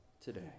today